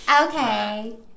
Okay